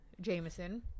Jameson